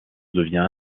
devient